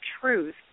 truth